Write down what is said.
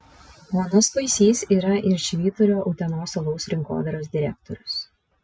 ponas kuisys yra ir švyturio utenos alaus rinkodaros direktorius